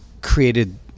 created